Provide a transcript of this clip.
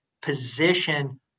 position